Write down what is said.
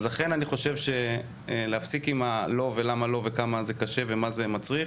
אז לכן אני חושב שלהפסיק עם הלא ולמה לא וכמה זה קשה ומה זה מצריך.